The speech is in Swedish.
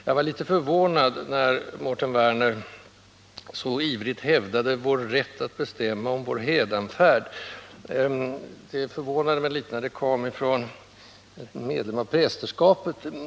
Jag var litet förvånad när Mårten Werner så ivrigt hävdade vår rätt att bestämma om vår hädanfärd — det förvånade mig därför att uttalandet kom från en medlem av prästerskapet.